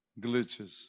glitches